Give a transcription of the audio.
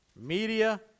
media